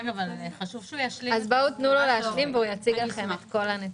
חשוב שהוא ישלים את הצגת הנתונים.